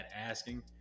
asking